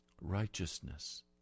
righteousness